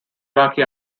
iraqi